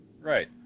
Right